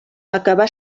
acabà